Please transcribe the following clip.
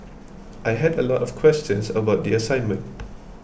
I had a lot of questions about the assignment